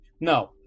no